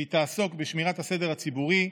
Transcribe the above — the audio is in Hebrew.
והיא תעסוק בשמירת הסדר הציבורי,